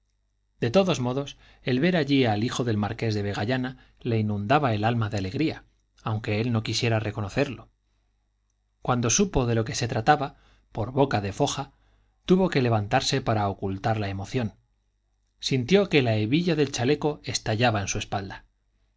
de todos modos el ver allí al hijo del marqués de vegallana le inundaba el alma de alegría aunque él no quisiera reconocerlo cuando supo de lo que se trataba por boca de foja tuvo que levantarse para ocultar la emoción sintió que la hebilla del chaleco estallaba en su espalda